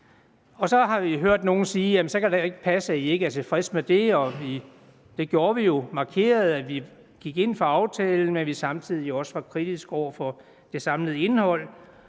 Så har vi hørt nogle sige, at så kan det ikke passe, at vi ikke er tilfredse med det. Men det var vi jo. Vi markerede, at vi gik ind for aftalen, men at vi samtidig var kritiske over for det samlede indhold.